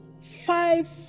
five